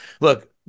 Look